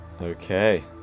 Okay